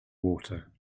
water